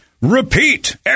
repeat